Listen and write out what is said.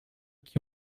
qui